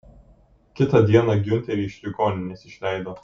kitą dieną giunterį iš ligoninės išleido